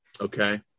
Okay